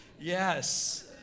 Yes